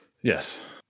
Yes